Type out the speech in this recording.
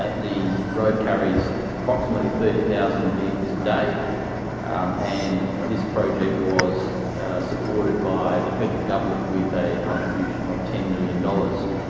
the road carries approximately thirty thousand vehicles a day and this project was supported by the federal government with a contribution of ten million dollars.